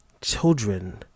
children